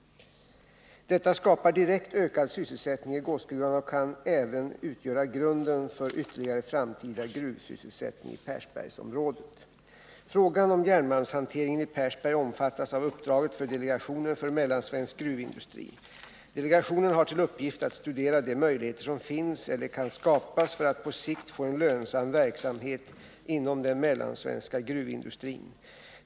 Detta skapar direkt ökad sysselsättning i Gåsgruvan och kan även utgöra grunden för ytterligare framtida gruvsysselsättning i Persbergsområdet. Frågan om järnmalmshanteringen i Persberg omfattas av uppdraget för delegationen för mellansvensk gruvindustri. Delegationen har till uppgift att studera de möjligheter som finns eller kan skapas för att på sikt få en lönsam verksamhet inom den mellansvenska gruvindustrin.